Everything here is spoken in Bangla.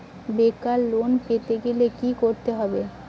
বেকার লোন পেতে গেলে কি করতে হবে?